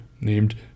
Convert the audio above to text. named